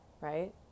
right